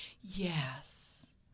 Yes